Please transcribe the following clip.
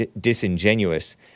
disingenuous